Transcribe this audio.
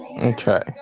Okay